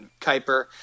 Kuiper